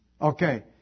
Okay